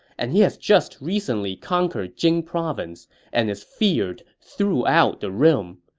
and he has just recently conquered jing province and is feared throughout the realm.